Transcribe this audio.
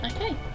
okay